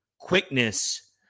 quickness